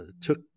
took